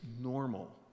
normal